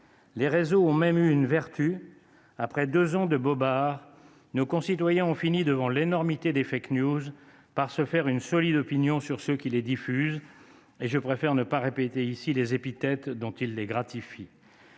Les réseaux ont même eu une vertu : après deux ans de bobards, nos concitoyens ont fini, devant l'énormité des, par se faire une solide opinion sur ceux qui les diffusent et je préfère ne pas répéter ici les épithètes dont ils les gratifient.